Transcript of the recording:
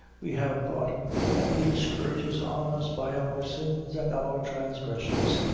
we have brought all these scourges on us by our sins and our transgressions